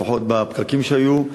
לפחות לפקקים שהיו.